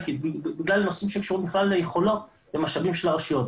בגלל נושאים שקשורים ליכולות ולמשאבים של הרשויות.